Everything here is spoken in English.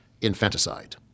infanticide